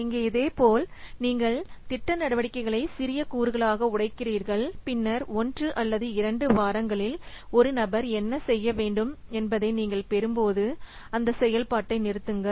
இங்கே இதேபோல் நீங்கள் திட்ட நடவடிக்கைகளை சிறிய கூறுகளாக உடைக்கிறீர்கள் பின்னர் ஒன்று அல்லது இரண்டு வாரங்களில் ஒரு நபர் என்ன செய்ய வேண்டும் என்பதை நீங்கள் பெறும்போது அந்த செயல்பாட்டை நிறுத்துங்கள்